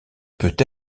peut